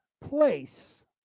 place